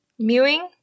Mewing